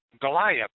Goliath